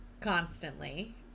constantly